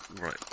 Right